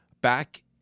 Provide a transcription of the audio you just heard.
back